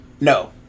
No